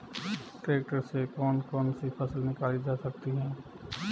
Tractor से कौन कौनसी फसल निकाली जा सकती हैं?